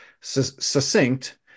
succinct